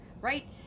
right